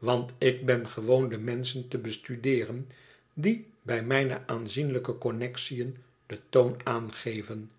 want ik ben gewoon de menschen te bestudeeren die bij mijne aanzienlijke connexiën den toon aangeven